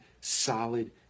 solid